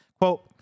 Quote